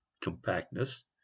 compactness